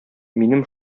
минем